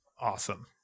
Awesome